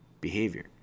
behavior